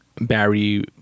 Barry